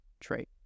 trait